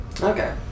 Okay